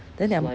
then their